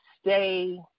stay